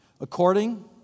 according